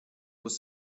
was